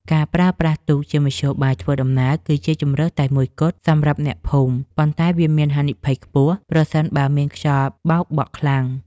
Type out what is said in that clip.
ការប្រើប្រាស់ទូកជាមធ្យោបាយធ្វើដំណើរ គឺជាជម្រើសតែមួយគត់សម្រាប់អ្នកភូមិ ប៉ុន្តែ វាមានហានិភ័យខ្ពស់ប្រសិនបើមានខ្យល់បោកបក់ខ្លាំង។